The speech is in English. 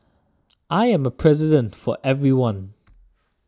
I am a President for everyone